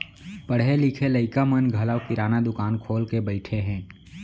पढ़े लिखे लइका मन घलौ किराना दुकान खोल के बइठे हें